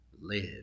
live